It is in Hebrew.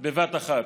בבת אחת.